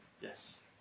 Yes